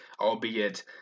albeit